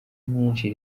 myinshi